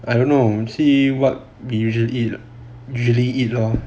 I don't know see what we usually usually eat lor